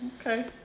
okay